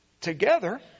together